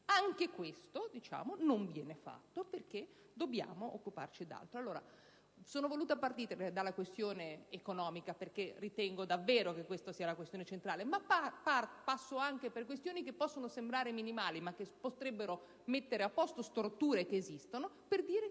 Anche questo non viene fatto perché dobbiamo occuparci di altro. Ho voluto cominciare dalla questione economica perché ritengo che sia davvero centrale ma passo anche per questioni che possono sembrare minimali, ma che potrebbero mettere a posto alcune storture esistenti, per dire che